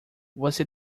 você